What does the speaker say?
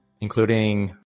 including